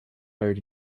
buried